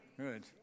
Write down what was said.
Good